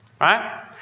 right